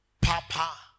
papa